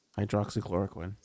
Hydroxychloroquine